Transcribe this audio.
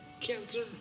cancer